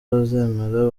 bazemera